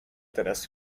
teraz